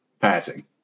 passing